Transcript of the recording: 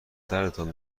دردتان